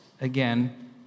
again